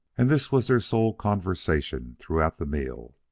and this was their sole conversation throughout the meal.